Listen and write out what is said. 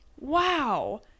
wow